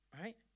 Right